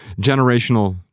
generational